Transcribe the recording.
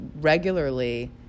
regularly